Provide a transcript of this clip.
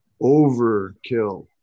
overkill